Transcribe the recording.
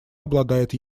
обладает